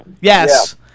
yes